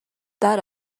that